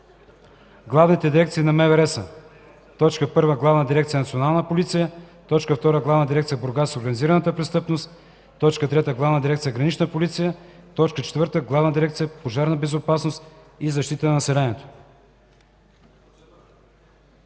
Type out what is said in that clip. Главните дирекции на МВР са: 1. Главна дирекция „Национална полиция”; 2. Главна дирекция „Борба с организираната престъпност”; 3. Главна дирекция „Гранична полиция”; 4. Главна дирекция „Пожарна безопасност и защита на населението”.”